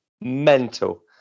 mental